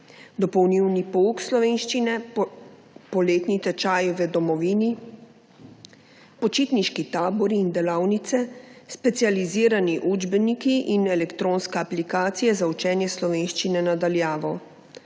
dopolnilni pouk slovenščine, poletni tečaji v domovini, počitniški tabori in delavnice, specializirani učbeniki in elektronska aplikacija za učenje slovenščine na daljavo.